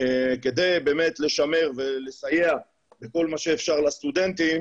כדי באמת לשמר ולסייע בכל מה שאפשר לסטודנטים